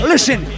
Listen